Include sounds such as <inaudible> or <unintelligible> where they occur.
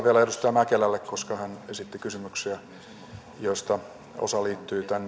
<unintelligible> vielä edustaja mäkelälle koska hän esitti kysymyksiä joista osa liittyi